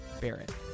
barrett